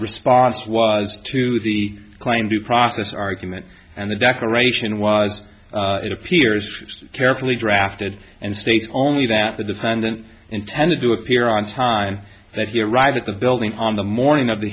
response was to the claim due process argument and the declaration was it appears carefully drafted and states only that the dependent intended to appear on time and that he arrived at the building on the morning of the